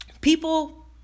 people